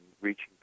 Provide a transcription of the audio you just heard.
reaching